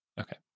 Okay